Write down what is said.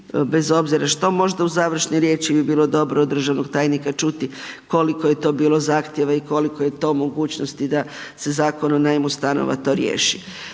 bez obzira što možda u završnoj riječi bi bilo dobro od državnog tajnika čuti koliko je to bilo zahtjeva i koliko je to mogućnosti da se Zakon o najmu stanova to riješi.